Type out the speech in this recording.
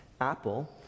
Apple